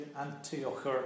Antioch